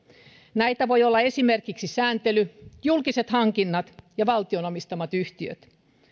näitä voi olla esimerkiksi sääntely julkiset hankinnat ja valtion omistamat yhtiöt